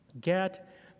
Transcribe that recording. Get